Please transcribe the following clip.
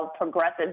progressive